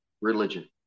religion